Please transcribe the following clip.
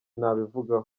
nabivugaho